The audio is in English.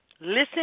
listen